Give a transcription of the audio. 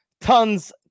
Tons